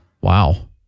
Wow